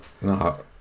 No